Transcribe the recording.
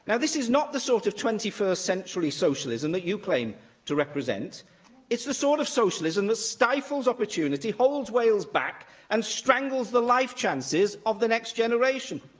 yeah this is not the sort of twenty-first century socialism that you claim to represent it's the sort of socialism that stifles opportunity, holds wales back and strangles the life chances of the next generation.